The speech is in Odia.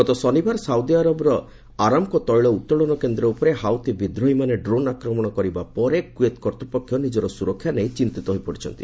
ଗତ ଶନିବାର ସାଉଦିଆରବର ଅରାମକୋ ତେିଳ ଉତ୍ତୋଳନ କେନ୍ଦ୍ର ଉପରେ ହାଉଥି ବିଦ୍ରୋହୀମାନେ ଡ୍ରୋନ୍ ଆକ୍ରମଣ କରିବା ପରେ କ୍ୱେତ କର୍ତ୍ତପକ୍ଷ ନିଜର ସ୍ୱରକ୍ଷା ନେଇ ଚିନ୍ତିତ ହୋଇପଡ଼ିଛନ୍ତି